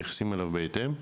נתייחס אליו בהתאם,